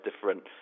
different